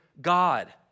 God